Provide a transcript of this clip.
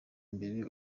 imbere